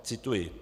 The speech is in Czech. Cituji: